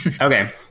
okay